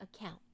account